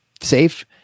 safe